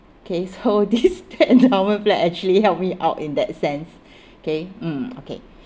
okay so this endowment plan actually help me out in that sense okay mm okay